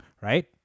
right